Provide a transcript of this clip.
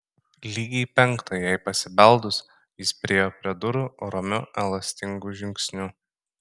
lygiai penktą jai pasibeldus jis priėjo prie durų ramiu elastingu žingsniu